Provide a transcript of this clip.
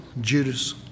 Judas